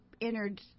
entered